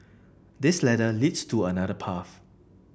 this ladder leads to another path